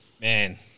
Man